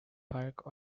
park